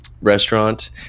restaurant